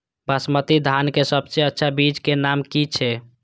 बासमती धान के सबसे अच्छा बीज के नाम की छे?